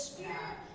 Spirit